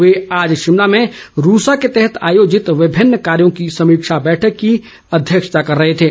वे आज शिमला में रूसा के तहत आयोजित विभिन्न कार्यों की समीक्षा बैठक की अध्यक्षता कर रहे थे